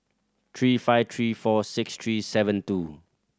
three five three four six three seven two